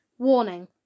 Warning